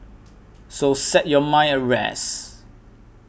so set your mind at rest